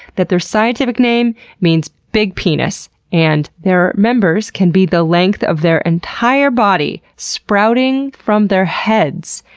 that their scientific name means big penis and their members can be the length of their entire body, sprouting from their heads,